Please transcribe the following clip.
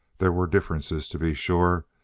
there were differences, to be sure.